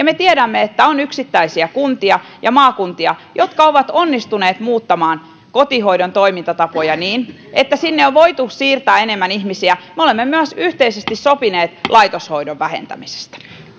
me tiedämme että on yksittäisiä kuntia ja maakuntia jotka ovat onnistuneet muuttamaan kotihoidon toimintatapoja niin että sinne on voitu siirtää enemmän ihmisiä me olemme myös yhteisesti sopineet laitoshoidon vähentämisestä